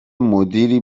مدیری